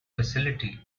facility